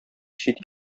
чит